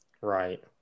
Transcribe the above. Right